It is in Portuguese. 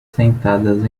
sentadas